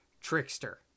trickster